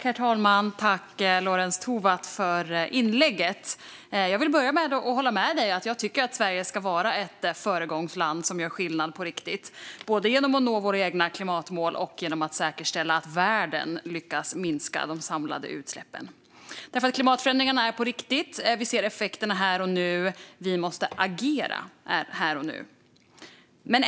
Herr talman! Tack, Lorentz Tovatt, för inlägget! Jag vill börja med att säga att jag håller med Lorentz Tovatt om att Sverige ska vara ett föregångsland som gör skillnad på riktigt, både genom att nå Sveriges egna klimatmål och genom att säkerställa att världen lyckas minska de samlade utsläppen. Klimatförändringarna är på riktigt. Vi ser effekterna här och nu, och vi måste agera här och nu.